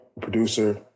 producer